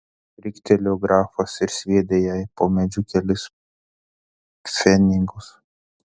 riktelėjo grafas ir sviedė jai po medžiu kelis pfenigus